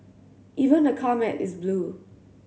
even the car mat is blue